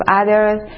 others